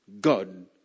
God